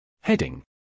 Heading